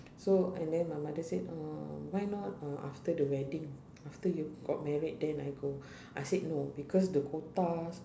so and then my mother said uh why not uh after the wedding after you got married then I go I said no because the quota